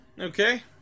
Okay